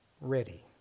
ready